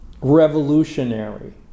revolutionary